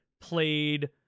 played